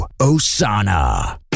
Osana